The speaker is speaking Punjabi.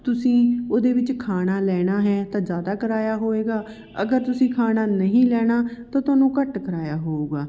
ਤੁਸੀਂ ਉਹਦੇ ਵਿੱਚ ਖਾਣਾ ਲੈਣਾ ਹੈ ਤਾਂ ਜ਼ਿਆਦਾ ਕਿਰਾਇਆ ਹੋਏਗਾ ਅਗਰ ਤੁਸੀਂ ਖਾਣਾ ਨਹੀਂ ਲੈਣਾ ਤਾਂ ਤੁਹਾਨੂੰ ਘੱਟ ਕਿਰਾਇਆ ਹੋਊਗਾ